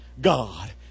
God